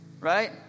right